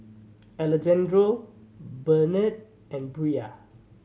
Alejandro Benard and Bria